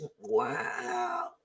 wow